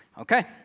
Okay